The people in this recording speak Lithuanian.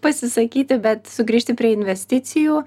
pasisakyti bet grįžti prie investicijų